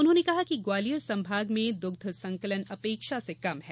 उन्होंने कहा कि ग्वालियर संभाग में द्ग्ध संकलन अपेक्षा से कम है